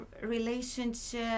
relationship